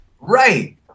Right